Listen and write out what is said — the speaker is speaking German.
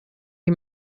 die